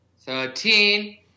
Thirteen